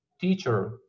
teacher